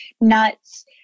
nuts